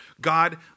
God